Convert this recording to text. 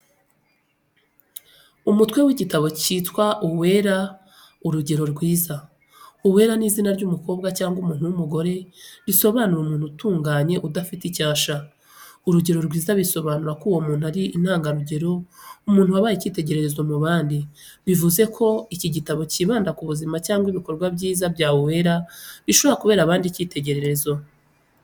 Umutwe w’igitabo kitwa Uwera uregero rwiza. Uwera ni izina ry’umukobwa cyangwa umuntu w’umugore risobanura umuntu utunganye udafite icyasha. Urugero rwiza bisobanura ko uwo muntu ari intangarugero, umuntu wabaye icyitegererezo ku bandi. Bivuze ko igitabo cyibanda ku buzima cyangwa ibikorwa byiza bya Uwera bishobora kubera abandi icyitegererezo.